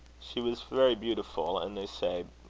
she was very beautiful, and, they say,